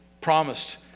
promised